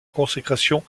consécration